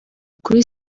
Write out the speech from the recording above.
kuri